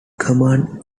command